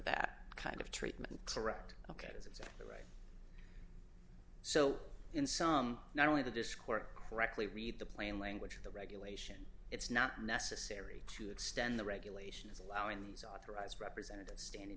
that kind of treatment correct ok so in some not only the dischord correctly read the plain language of the regulation it's not necessary to extend the regulations allowing these authorized representative and in